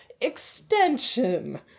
Extension